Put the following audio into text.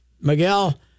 Miguel